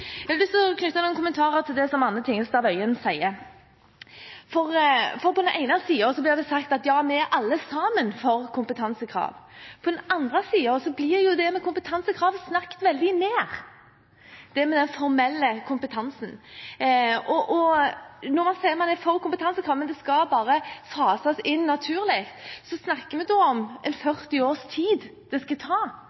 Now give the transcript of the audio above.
Jeg har lyst til å knytte noen kommentarer til det som Anne Tingelstad Wøien sier. På den ene siden blir det sagt at ja, vi er alle sammen for kompetansekrav. På den andre siden blir kompetansekrav, det med den formelle kompetansen, snakket veldig ned. Når man sier man er for kompetansekrav, men det skal bare fases inn naturlig, snakker vi da om